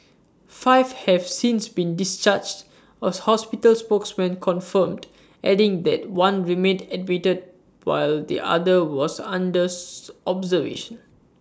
five have since been discharged A hospital spokesperson confirmed adding that one remained admitted while the other was under observation